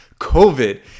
COVID